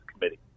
Committee